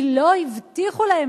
כי לא הבטיחו להם,